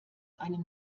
einem